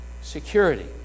security